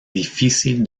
difícil